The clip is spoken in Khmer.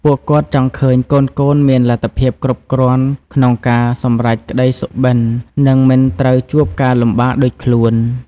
ពួកគាត់ចង់ឃើញកូនៗមានលទ្ធភាពគ្រប់គ្រាន់ក្នុងការសម្រេចក្ដីសុបិន និងមិនត្រូវជួបការលំបាកដូចខ្លួន។